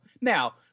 Now